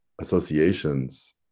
associations